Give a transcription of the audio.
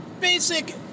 basic